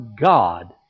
God